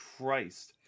Christ